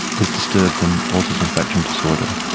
is disturbed in autism spectrum disorder,